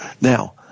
Now